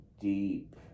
deep